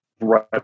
right